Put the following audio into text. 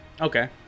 Okay